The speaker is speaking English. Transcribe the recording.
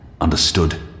Understood